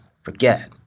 forget